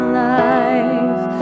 life